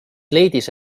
leidis